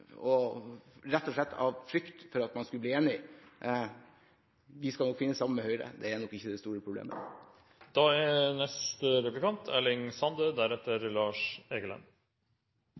forhandlingsbordet, rett og slett av frykt for at vi skulle bli enige. Vi skal nok klare å finne sammen med Høyre – det er nok ikke det store problemet. Representanten Amundsen seier i sitt innlegg at norsk oljehistorie er